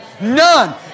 None